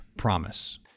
promise